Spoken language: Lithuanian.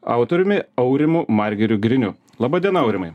autoriumi aurimu margiriu griniu laba diena aurimai